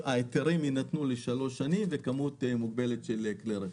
ההיתרים יינתנו לשלוש שנים ותהיה כמות מוגבלת של כלי רכב.